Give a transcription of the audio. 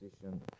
position